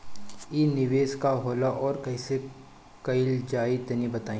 इ निवेस का होला अउर कइसे कइल जाई तनि बताईं?